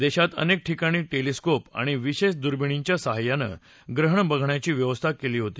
देशात अनेक ठिकाणी टेलिस्कोप आणि विशेष दुर्बिणींच्या सहाय्यानं ग्रहण बघण्याची व्यवस्था केली आहे